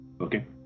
okay